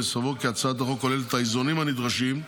אני סבור כי הצעת החוק כוללת את האיזונים הנדרשים.